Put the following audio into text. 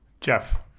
Jeff